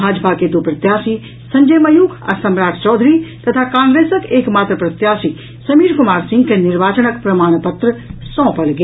भाजपा के दू प्रत्याशी संजय मयूख आ सम्राट चौधरी तथा कांग्रेसक एक मात्र प्रत्याशी समीर कुमार सिंह के निर्वाचनक प्रमाण पत्र सौंपल गेल